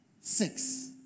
Six